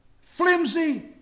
flimsy